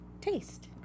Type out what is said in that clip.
taste